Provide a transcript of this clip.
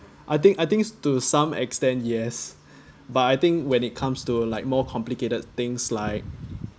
I think I think to some extent yes but I think when it comes to like more complicated things like